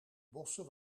bossen